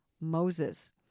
Moses